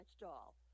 doll